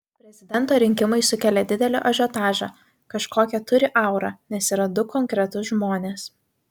prezidento rinkimai sukelia didelį ažiotažą kažkokią turi aurą nes yra du konkretūs žmonės